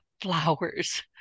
flowers